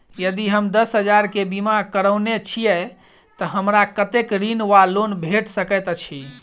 यदि हम दस हजार केँ बीमा करौने छीयै तऽ हमरा कत्तेक ऋण वा लोन भेट सकैत अछि?